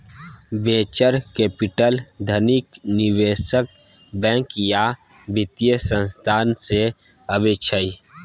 venture capital धनिक निबेशक, bank या बित्तीय संस्थान सँ अबै छै